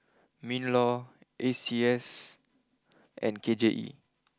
Minlaw A C S I and K J E